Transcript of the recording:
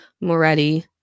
Moretti